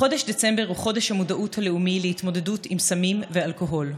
חודש דצמבר הוא חודש המודעות הלאומי להתמודדות עם סמים ואלכוהול.